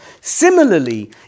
similarly